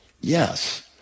Yes